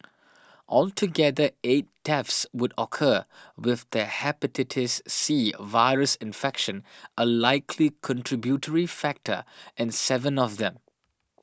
altogether eight deaths would occur with the Hepatitis C virus infection a likely contributory factor in seven of them